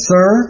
Sir